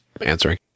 answering